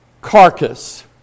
carcass